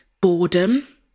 boredom